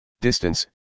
Distance